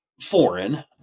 foreign